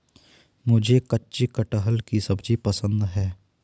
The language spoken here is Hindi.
मुझे कच्चे कटहल की सब्जी पसंद है